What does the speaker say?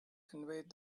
conveyed